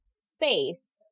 space